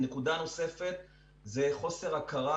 נקודה נוספת זה חוסר הכרה